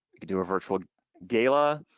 you could do a virtual gala.